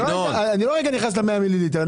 אני לא נכנס ל-100 מיליליטר.